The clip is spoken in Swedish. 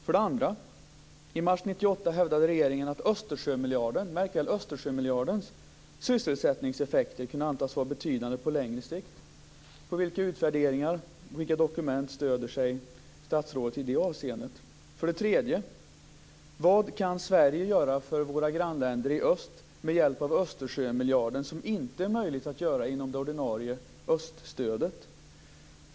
För det andra: I mars 1998 hävdade regeringen att Östersjömiljardens - märk väl! - sysselsättningseffekter kunde antas vara betydande på längre sikt. På vilka utvärderingar eller dokument stöder sig statsrådet i det avseendet? För det tredje: Vad kan Sverige göra för våra grannländer i öst med hjälp av Östersjömiljarden som inte är möjligt att göra inom det ordinarie öststödet?